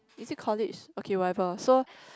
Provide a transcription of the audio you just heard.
is it college okay whatever so